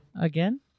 again